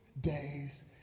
days